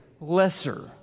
lesser